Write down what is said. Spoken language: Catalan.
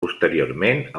posteriorment